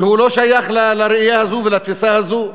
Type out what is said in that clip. והוא לא שייך לראייה הזו ולתפיסה הזו.